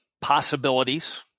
possibilities